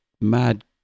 mad